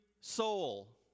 soul